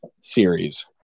series